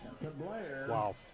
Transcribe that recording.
Wow